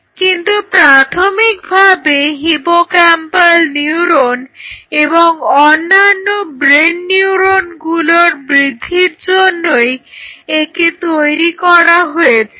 কিন্তু প্রাথমিকভাবে hippocampal neuron এবং অন্যান্য ব্রেন নিউরনগুলোর বৃদ্ধির জন্যই একে তৈরি করা হয়েছিল